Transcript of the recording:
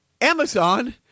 Amazon